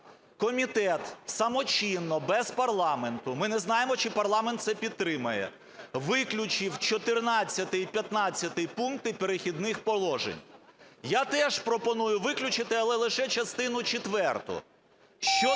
комітет самочинно без парламенту, ми не знаємо, чи парламент це підтримає, виключив 14-й і 15 пункти "Перехідних положень". Я теж пропоную виключити, але лише частину четверту. Що